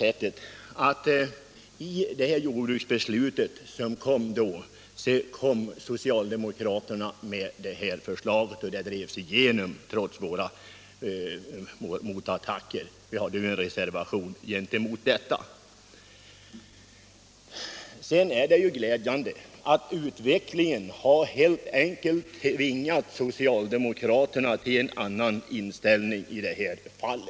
Då det tidigare jordbruksbeslutet fattades lade socialdemokraterna fram förslaget om prispress m.m., och det drevs igenom — trots våra motattacker. Vi hade en reservation. Det är glädjande att utvecklingen sedan helt enkelt tvingat socialdemokraterna till en annan inställning.